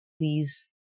please